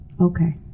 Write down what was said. okay